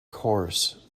course